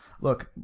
Look